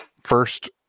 first